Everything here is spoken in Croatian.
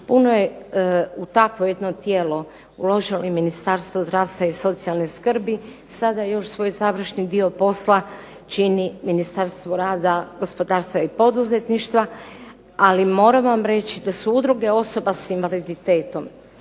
Puno je u takvo jedno tijelo uložilo i Ministarstvo zdravstva i socijalne skrbi. Sada još svoj završni dio posla čini Ministarstvo rada, gospodarstva i poduzetništva. Ali moram vam reći da su udruge osoba sa invaliditetom